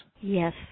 Yes